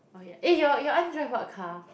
okay eh your your aunt drive what car